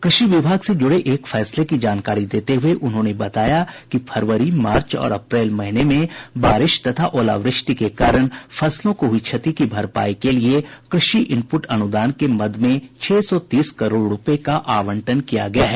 कृषि विभाग से जुड़े एक फैसले की जानकारी देते हुए उन्होंने बताया कि फरवरी मार्च और अप्रैल महीने में बारिश तथा ओलावृष्टि के कारण फसलों को हुई क्षति की भरपाई के लिए कृषि अनपुट अनुदान के मद में छह सौ तीस करोड़ रुपये का आवंटन किया गया है